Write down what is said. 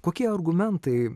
kokie argumentai